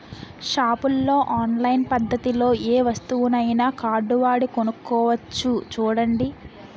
షాపుల్లో ఆన్లైన్ పద్దతిలో ఏ వస్తువునైనా కార్డువాడి కొనుక్కోవచ్చు చూడండి